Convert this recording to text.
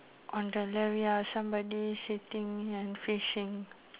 on the left ya somebody sitting and fishing